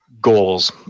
goals